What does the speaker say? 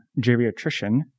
geriatrician